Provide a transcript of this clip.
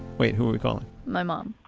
wait, who are we calling? my mom.